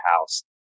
house